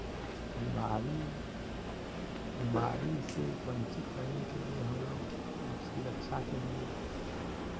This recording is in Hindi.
बीमारी बीमारी से वंचित रहने के लिये हमलोग उसकी रक्षा के लिये